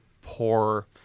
poor